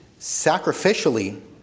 sacrificially